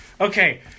okay